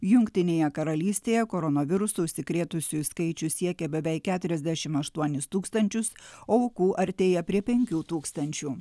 jungtinėje karalystėje koronavirusu užsikrėtusiųjų skaičius siekia beveik keturiasdešim aštuonis tūkstančius o aukų artėja prie penkių tūkstančių